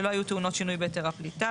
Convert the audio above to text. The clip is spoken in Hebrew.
שלא היו טעונות שינוי בהיתר פליטה,